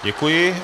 Děkuji.